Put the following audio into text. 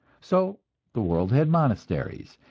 so the world had monasteries,